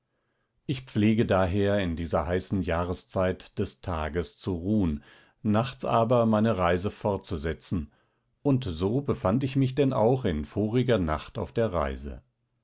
ich pflege daher in dieser heißen jahreszeit des tages zu ruhen nachts aber meine reise fortzusetzen und so befand ich mich denn auch in voriger nacht auf der reise